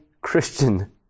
Christian